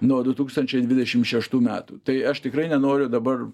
nuo du tūkstančiai dvidešimt šeštų metų tai aš tikrai nenoriu dabar